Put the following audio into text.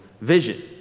vision